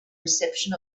reception